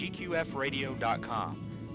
GQFradio.com